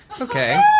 Okay